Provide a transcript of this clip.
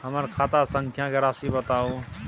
हमर खाता संख्या के राशि बताउ